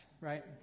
right